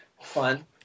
fun